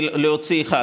להוציא אחד,